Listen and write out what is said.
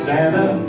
Santa